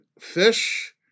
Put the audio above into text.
fish